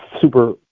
super